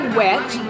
wet